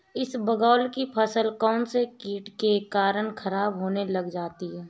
इसबगोल की फसल कौनसे कीट के कारण खराब होने लग जाती है?